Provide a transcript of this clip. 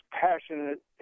passionate